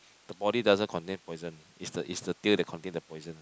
the body doesn't contain poison it's the it's the tail that contain the poison